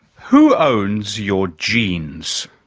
who owns your genes?